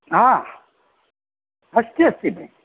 हा अस्ति अस्ति भगिनि